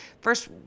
first